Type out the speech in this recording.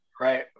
Right